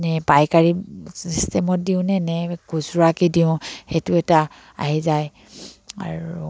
নে পাইকাৰী চিষ্টেমত দিওঁনে নে খুচুৰাকে দিওঁ সেইটো এটা আহি যায় আৰু